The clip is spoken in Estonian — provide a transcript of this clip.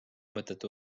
mõtet